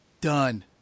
Done